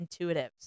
intuitives